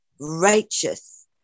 righteous